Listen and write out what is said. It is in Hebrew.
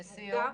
לסיום.